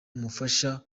umufasha